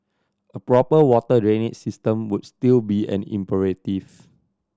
a proper water drainage system would still be an imperatives